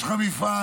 יש לך מפעל,